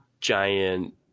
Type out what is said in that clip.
giant